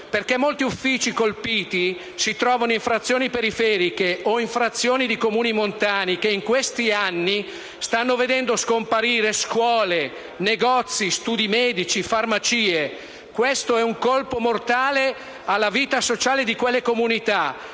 perché molti uffici colpiti si trovano in frazioni periferiche o in frazioni di Comuni montani che in questi anni stanno vedendo scomparire scuole, negozi, studi medici, farmacie. Questo è un colpo mortale alla vita sociale di quelle comunità,